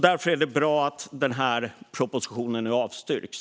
Därför är det bra att propositionen nu avstyrks.